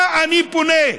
אני פונה: